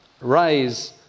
rise